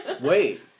Wait